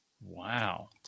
Wow